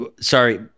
Sorry